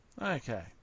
Okay